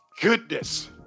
goodness